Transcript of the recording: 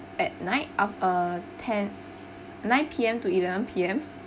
at night af~ uh ten nine P_M to eleven P_M